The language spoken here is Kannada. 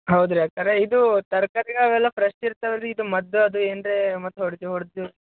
ಹೌದ್ರಾ ಅಕ್ಕಾವ್ರೆ ಇದು ತರ್ಕಾರಿಗಳು ಅವೆಲ್ಲ ಫ್ರೆಶ್ ಇರ್ತಾವಲ್ಲ ರೀ ಇದು ಮದ್ದು ಅದು ಏನರೇ ಮತ್ತು ಹೊಡೆದು ಹೊಡೆದು